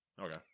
okay